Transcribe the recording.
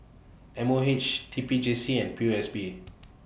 M O H T P J C and P O S B